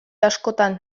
askotan